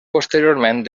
posteriorment